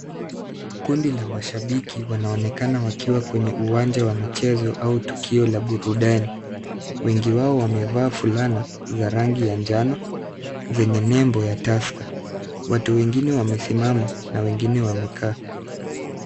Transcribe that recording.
Kundi la mashabiki wanaonekana wakiwa kwenye uwanja wa michezo au tukio la burudani. Wengi wao wamevaa fulana za rangi ya njano zenye nembo ya Tusker. Watu wengine wamesimama na wengine wamekaa.